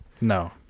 No